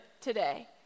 today